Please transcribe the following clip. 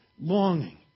longing